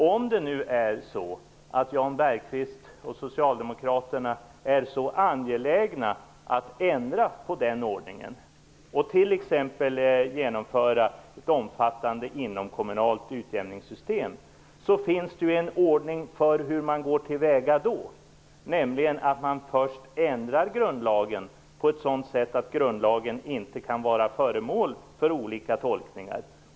Om det nu är så att Jan Bergqvist och socialdemokraterna är så angelägna att ändra på den ordningen och t.ex. genomföra ett omfattande inomkommunalt utjämningsystem finns det ju en ordning för hur man går till väga i så fall. Då ändrar man först grundlagen på ett sådant sätt att den inte kan vara föremål för olika tolkningar.